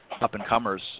up-and-comers